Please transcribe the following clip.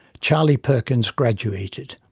charlie perkins graduated.